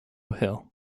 hill